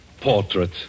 Portrait